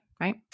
right